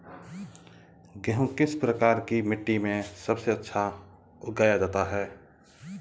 गेहूँ किस प्रकार की मिट्टी में सबसे अच्छा उगाया जाता है?